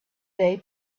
day